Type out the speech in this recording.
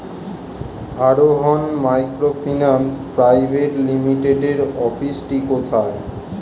আরোহন microfinance private লিমিটেডের অফিসটি কোথায়?